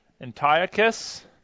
Antiochus